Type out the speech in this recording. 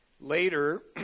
Later